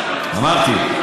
גם הבעלים, אמרתי.